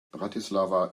bratislava